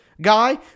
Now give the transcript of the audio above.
Guy